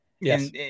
Yes